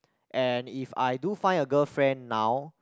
and if I do find a girlfriend now